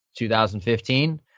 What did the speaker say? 2015